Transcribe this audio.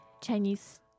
Chinese